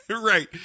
right